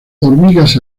hormigas